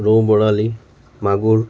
ৰৌ বৰালি মাগুৰ